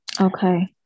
Okay